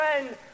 friend